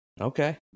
Okay